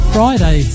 Friday